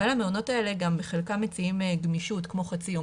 אבל המעונות האלה גם בחלקם מציעים גמישות כמו חצי יום,